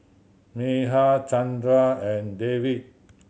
Medha Chandra and Devi